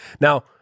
Now